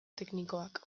teknikoak